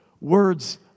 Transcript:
words